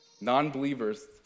Non-believers